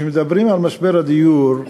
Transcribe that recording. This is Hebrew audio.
כשמדברים על משבר הדיור,